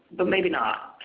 but maybe not.